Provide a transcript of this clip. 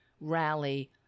rally